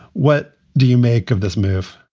what do you make of this move?